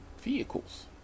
vehicles